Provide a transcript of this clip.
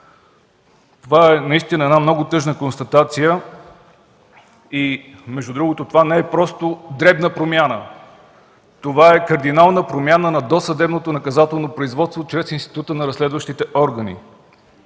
Това наистина е много тъжна констатация. Между другото, това не е просто дребна промяна, а е кардинална промяна на досъдебното наказателно производство чрез института на разследващите органи.